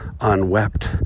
unwept